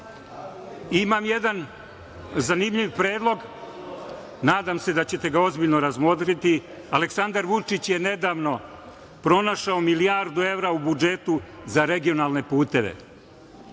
jedan zanimljiv predlog, nadam se da ćete ga ozbiljno razmotriti, Aleksandar Vučić je nedavno pronašao milijardu evra u budžetu za regionalne puteve.